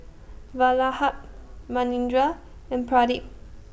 Vallabhbhai Manindra and Pradip